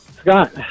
Scott